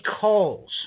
calls